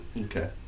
Okay